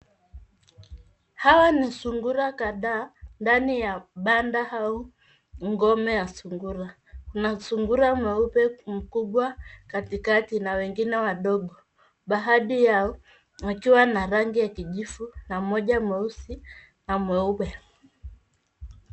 Hawa ni sungura kadhaa ndani ya banda au ngome ya sungura, na sungura mweupe mkubwa katikati, na wengine wadogo. Baadhi yao wakiwa na rangi ya kijivu na mmoja mweusi na mwingine mweupe.